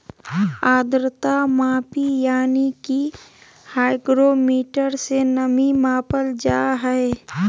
आद्रता मापी यानी कि हाइग्रोमीटर से नमी मापल जा हय